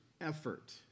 effort